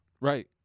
right